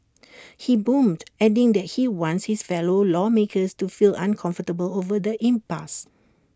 he boomed adding that he wants his fellow lawmakers to feel uncomfortable over the impasse